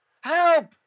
Help